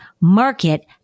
market